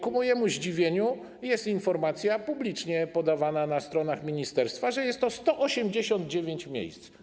Ku mojemu zdziwieniu - jest informacja publicznie podawana na stronach ministerstwa - jest to 189 miejsc.